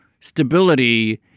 stability